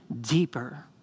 deeper